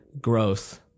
growth